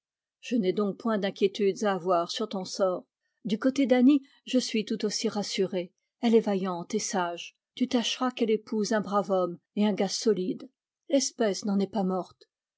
je n'ai donc point d'inquiétudes à avoir sur ton sort du côté d'annie je suis tout aussi rassuré elle est vaillante et sage tu tâcheras qu'elle épouse un brave homme et un gars solide l'espèce n'en est pas morte